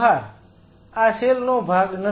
બહાર આ સેલ નો ભાગ નથી